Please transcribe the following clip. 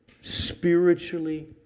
spiritually